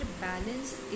balance